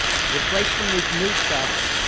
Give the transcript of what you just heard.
replace them with new stuff,